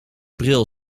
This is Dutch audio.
bril